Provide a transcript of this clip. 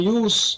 use